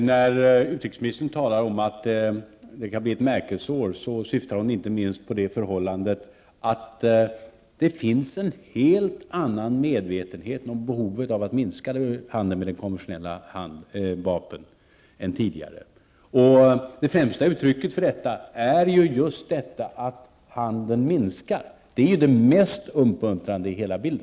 Herr talman! När utrikesministern talade om att det kan bli ett märkesår syftade hon inte minst på det förhållandet att det finns en helt annan medvetenhet om behovet av att minska handeln med konventionella vapen än tidigare. Det främsta uttrycket för detta är just att handeln minskar. Det är det mest uppmuntrande.